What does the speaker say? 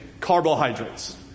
carbohydrates